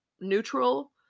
neutral